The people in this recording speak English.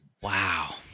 Wow